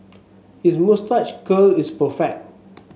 his moustache curl is perfect